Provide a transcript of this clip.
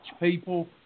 people